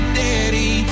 daddy